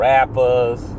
Rappers